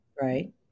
right